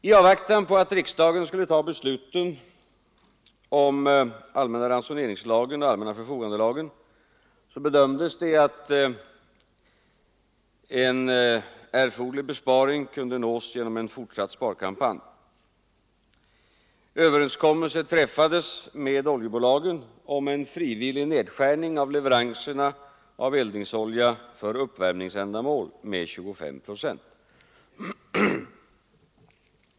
I avvaktan på att riksdagen skulle ta beslutet om allmänna ransoneringslagen och allmänna förfogandelagen bedömdes det att en erforderlig besparing kunde nås genom en fortsatt sparkampanj. Överenskommelse träffades med oljebolagen om en frivillig nedskärning av leveranserna av eldningsolja för uppvärmningsändamål med 25 procent.